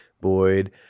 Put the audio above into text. Boyd